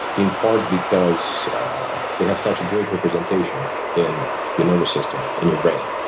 in part because they have such a great representation in your nervous system, in your brain.